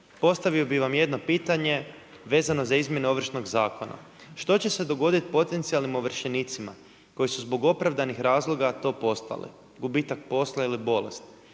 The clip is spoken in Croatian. Postavio bih vam jedno pitanje vezano za izmjene Ovršnog zakona. Što će se dogoditi potencijalnim ovršenicima koji su zbog opravdanih razloga to postale – gubitak posla ili bolest.